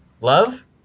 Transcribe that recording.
Love